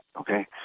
okay